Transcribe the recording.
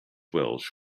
welsh